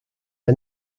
are